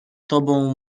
tobą